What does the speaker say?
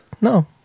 No